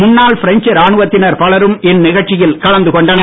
முன்னாள் பிரெஞ்ச் ராணுவத்தினர் பலரும் இந்நிகழ்ச்சியில் கலந்து கொண்டனர்